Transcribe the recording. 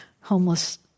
homeless